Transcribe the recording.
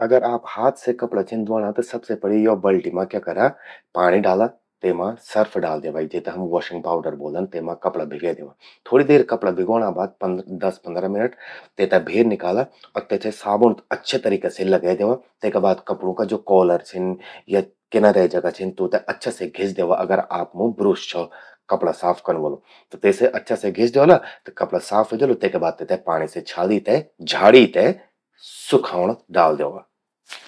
अगर आप हाथ से कपड़ा छिन ध्वोंणां त सबसे पलि यो बल्टि मां क्या करा, पाणि डाला। तेका बाद तेमां सर्फ डाला, जेते हम वॉशिंग पाउडर ब्वोदन, तेमा कपड़ा भिगै द्यवा। थोड़ी देर कपड़ा भिगौंणा बाद दस पंद्रह मिनट, तेते भेर निकाला अर तेमा साबुण अच्छा तरिका से लगे द्यवा। तेका बाद कपड़ूं का ज्वो कॉलर छिन या किनरै जगा छिन, तूंते अच्छा सि घिस द्यवा अगर आपमूं ब्रुश छौ, कपड़ा साफ कन्न वलु। त तेसे अच्छा से घिस द्यौला तेका बादा तेते पाणि से छाली ते, झाड़ी ते सुखौंण डाल द्यवा।